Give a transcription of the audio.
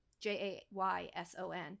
J-A-Y-S-O-N